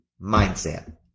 mindset